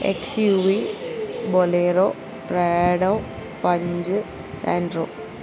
XUV bolero prado punch Santro